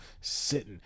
sitting